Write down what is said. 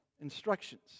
instructions